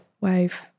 wave